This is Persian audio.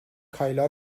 کایلا